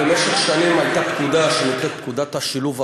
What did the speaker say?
במשך שנים הייתה פקודה שנקראת פקודת השילוב הראוי.